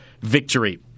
victory